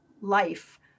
life